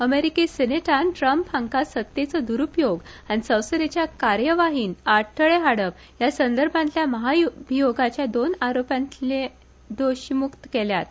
अमेरीकी सिनेटान ट्रम्प हांका सत्तेचो द्रुपयोग आनी संसदेच्या कार्यवाहीन आडथळे हाडप ह्या संदर्भातल्या महाभियोगाच्या दोन आरोपातल्या दोषीमुक्त केल्यात